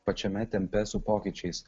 pačiame tempe su pokyčiais